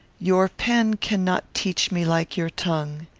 your pen cannot teach me like your tongue.